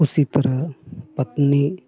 उसी तरह पत्नी